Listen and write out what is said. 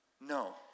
No